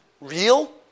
real